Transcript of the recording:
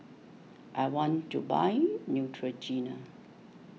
I want to buy Neutrogena